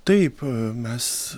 taip mes